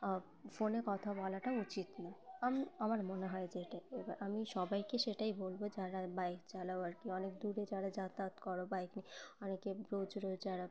ফোনে কথা বলাটা উচিত না আম আমার মনে হয় যে এটা এবার আমি সবাইকে সেটাই বলবো যারা বাইক চালাও আর কি অনেক দূরে যারা যাতায়াত করো বাইক নিয়ে অনেকে রোজ রোজ যারা